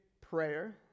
prayer